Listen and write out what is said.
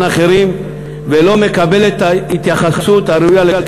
אחרים ולא מקבלת את ההתייחסות הראויה לה.